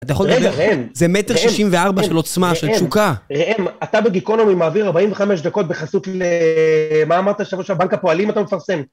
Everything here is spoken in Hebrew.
אתה יכול לדבר, רגע ראם ראם זה 1.64 מ' של עוצמה, ראם של תשוקה. ראם, אתה בגיקונומי מעביר 45 דקות בחסות למה אמרת שעכשיו בנק הפועלים אתה מפרסם?